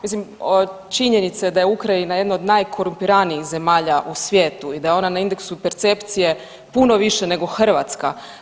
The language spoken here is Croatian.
Mislim, činjenica je da je Ukrajina jedna od najkorumpiranijih zemalja u svijetu i da je ona na indeksu percepcije puno više nego Hrvatska.